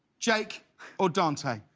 jake or dante?